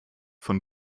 von